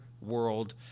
world